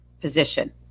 position